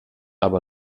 aber